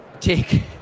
take